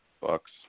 Bucks